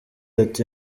ati